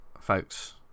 folks